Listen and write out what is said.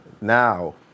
Now